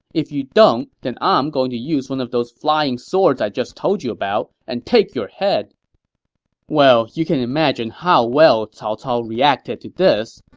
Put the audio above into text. if you don't, then i'm going to use one of those flying swords i just told you about and take your head well, you can imagine how well cao cao reacted to this.